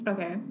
Okay